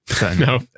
no